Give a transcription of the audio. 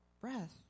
breath